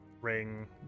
ring